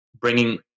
bringing